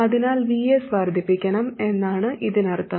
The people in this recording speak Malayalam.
അതിനാൽ Vs വർദ്ധിപ്പിക്കണം എന്നാണ് ഇതിനർത്ഥം